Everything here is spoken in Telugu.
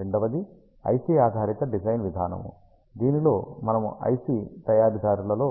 రెండవది ఐసి ఆధారిత డిజైన్ విధానము దీనిలో మనము ఐసి తయారీదారులలో